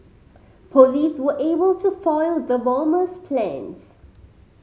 police were able to foil the bomber's plans